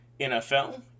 NFL